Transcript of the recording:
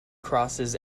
crosses